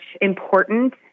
important